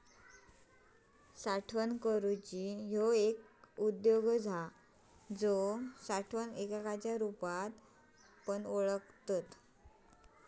साठवण करूची ह्यो एक उद्योग हा जो साठवण एककाच्या रुपात पण ओळखतत